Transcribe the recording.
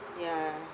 ya